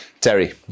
Terry